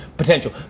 potential